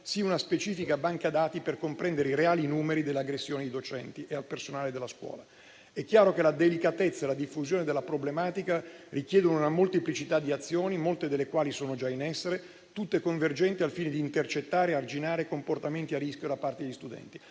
sia una specifica banca dati per comprendere i reali numeri dell'aggressione ai docenti e al personale della scuola. È chiaro che la delicatezza e la diffusione della problematica richiedono una molteplicità di azioni, molte delle quali sono già in essere, tutte convergenti al fine di intercettare e arginare comportamenti a rischio da parte degli studenti.